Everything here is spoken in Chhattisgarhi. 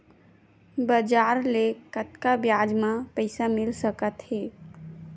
बजार ले कतका ब्याज म पईसा मिल सकत हे?